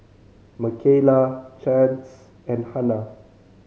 Makayla Chance and Hanna